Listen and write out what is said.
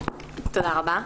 תודה רבה.